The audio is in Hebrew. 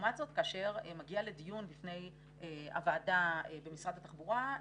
ולעומת זאת כאשר זה מגיע לדיון בפני הוועדה במשרד התחבורה,